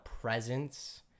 presence